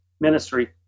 ministry